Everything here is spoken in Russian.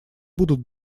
будут